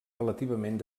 relativament